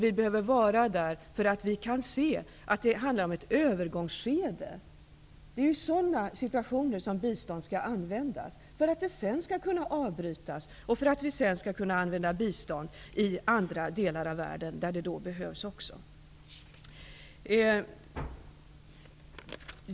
Vi behöver vara där, för vi kan se att det handlar om ett övergångsskede. Det är i sådana situationer som bistånd skall användas, för att det sedan skall kunna avbrytas och för att vi sedan skall kunna använda bistånd i andra delar av världen där det också behövs.